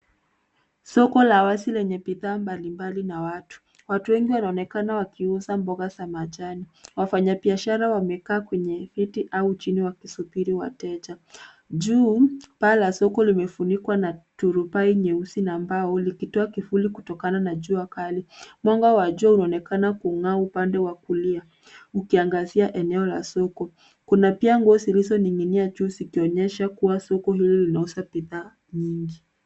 Soko la wazi lenye bidhaa mbalimbali na watu. Watu wengi wanaonekana wakiuza mboga za majani. Wafanya biashara wamekaa kwenye viti au chini wakisubiri wateja. Juu paa la soko limefunikwa na turubai nyeusi na mbao likitoa kivuli kutokana na jua kali. Mwanga wa jua unaonekana kung'aa upande wa kulia ukiangazia eneo la soko. Kuna pia nguo zilizoning'inia juu zikionyesha kuwa soko hili linauza bidhaa nyingi.